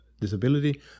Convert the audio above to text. disability